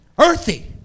earthy